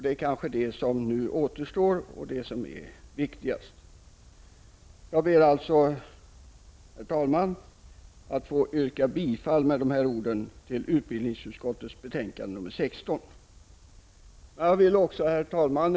Det är vad som återstår och vad som är viktigast. Herr talman! Med dessa ord yrkar jag bifall till hemställan i utbildningsutskottets betänkande nr Herr talman!